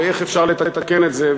ואיך אפשר לתקן את זה,